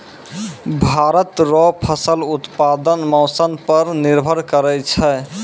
भारत रो फसल उत्पादन मौसम पर निर्भर करै छै